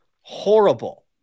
horrible